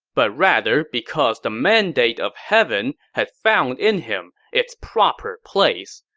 but rather because the mandate of heaven had found in him its proper place.